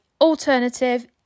alternative